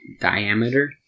diameter